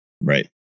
right